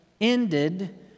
ended